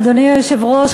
אדוני היושב-ראש,